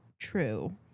true